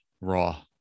raw